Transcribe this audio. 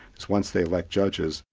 is once they elect judges,